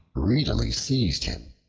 greedily seized him.